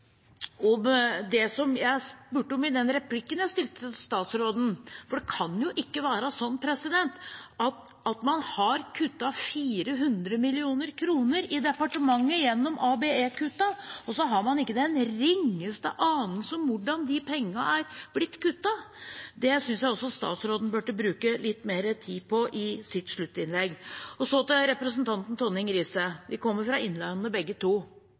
ansatt i departementene? Jeg skulle også ønske at statsråden kunne si noe mer om det jeg spurte om i replikken til statsråden, for det kan jo ikke være sånn at departementet har kuttet 400 mill. kr gjennom ABE-reformen uten å ha den ringeste anelse om hvordan pengene har blitt kuttet. Det synes jeg statsråden burde bruke litt mer tid på i sitt sluttinnlegg. Og til representanten Tonning Riise: Vi kommer fra Innlandet begge to.